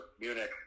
Munich